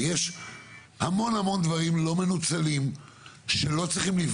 שטחים שלא נמצאים בשטח יער,